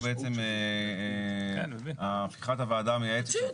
שהוא בעצם פתיחת הוועדה המייעצת שהייתה